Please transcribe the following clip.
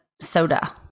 soda